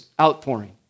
outpouring